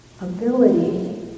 ability